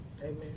Amen